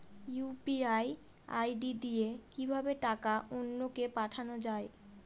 UPI ID দিয়ে কিভাবে টাকা অন্য কে পাঠানো যায়?